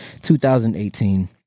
2018